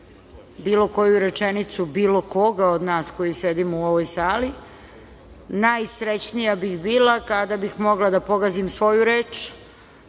bilo koju rečenicu, bilo koga od nas koji sedimo u ovoj sali. Najsrećnija bih bila kada bih mogla da pogazim svoju reč,